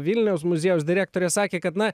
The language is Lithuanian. vilniaus muziejaus direktorė sakė kad na